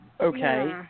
okay